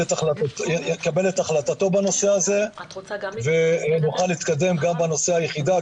יקבל את החלטתו בנושא הזה ונוכל להתקדם גם בנושא היחידה,